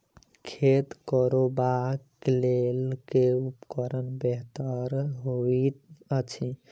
खेत कोरबाक लेल केँ उपकरण बेहतर होइत अछि?